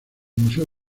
museo